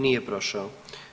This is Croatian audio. Nije prošao.